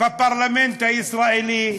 בפרלמנט הישראלי,